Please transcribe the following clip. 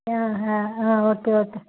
okay okay